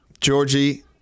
Georgie